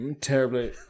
Terribly